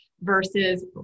versus